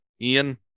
Ian